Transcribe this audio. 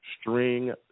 string